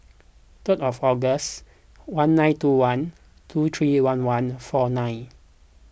third of August one nine two one two three one one four nine